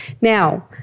Now